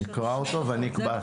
נקרא אותו ואני אקבע.